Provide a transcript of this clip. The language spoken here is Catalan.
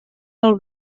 pel